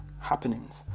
happenings